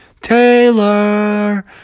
Taylor